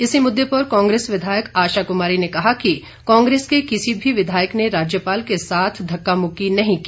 इसी मुद्दे पर कांग्रेस विधायक आशा कुमारी ने कहा कि कांग्रेस के किसी भी विधायक ने राज्यपाल के साथ धक्का मुक्की नहीं की